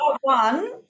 one